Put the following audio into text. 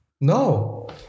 No